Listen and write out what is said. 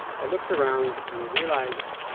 i looked around and realized